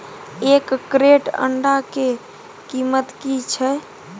एक क्रेट अंडा के कीमत की छै?